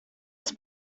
his